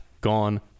gone